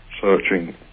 searching